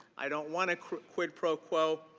i don't want a quid pro quo.